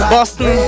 Boston